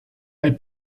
elle